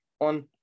on